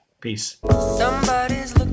Peace